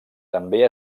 també